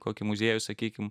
kokį muziejų sakykim